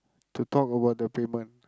to talk about the payment